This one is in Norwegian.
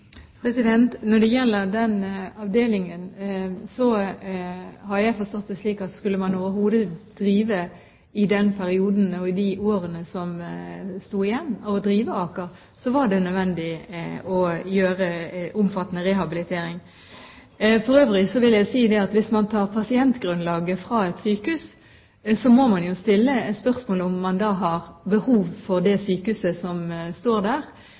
Når det gjelder den avdelingen, har jeg forstått det slik at skulle man overhodet drive i den perioden og i de årene som sto igjen å drive Aker, var det nødvendig å gjøre en omfattende rehabilitering. For øvrig vil jeg si at hvis man tar pasientgrunnlaget fra et sykehus, må man jo stille spørsmål om man har behov for det sykehuset som står der.